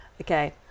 Okay